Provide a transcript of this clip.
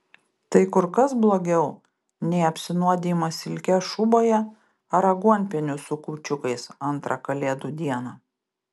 tai kur kas blogiau nei apsinuodijimas silke šūboje ar aguonpieniu su kūčiukais antrą kalėdų dieną